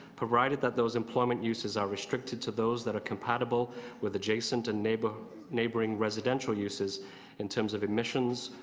provided that those employment uses are restricted to those that are compatible with adjacent and neighboring neighboring residential uses in terms of emissions,